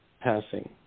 passing